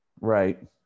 right